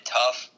tough